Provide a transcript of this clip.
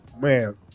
Man